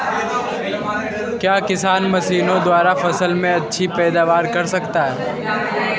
क्या किसान मशीनों द्वारा फसल में अच्छी पैदावार कर सकता है?